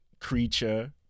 creature